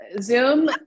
zoom